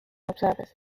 observers